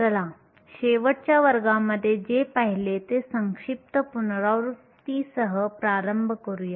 चला शेवटच्या वर्गामध्ये जे पाहिले ते संक्षिप्त पुनरावृत्तीसह प्रारंभ करूया